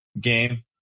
game